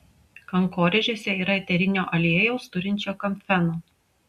kankorėžiuose yra eterinio aliejaus turinčio kamfeno